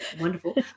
wonderful